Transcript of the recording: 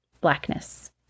blackness